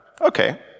Okay